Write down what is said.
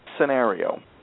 scenario